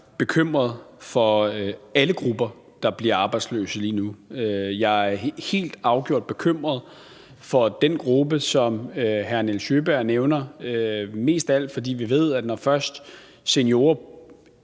bekymret for alle grupper, der lige nu bliver arbejdsløse. Jeg er helt afgjort bekymret for den gruppe, som hr. Nils Sjøberg nævner, men mest af alt, fordi vi ved, at når først seniorer